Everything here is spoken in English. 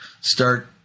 start